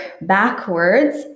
backwards